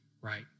right